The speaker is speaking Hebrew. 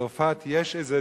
שבצרפת יש איזה